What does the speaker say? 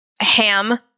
ham